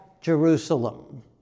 Jerusalem